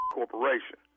Corporation